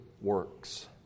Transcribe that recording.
works